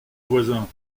voisin